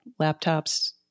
laptops